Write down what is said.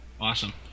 Awesome